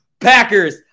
Packers